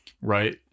right